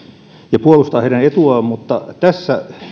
ja puolustaa heidän etuaan mutta tässä